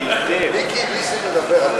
מיקי, נסים מדבר.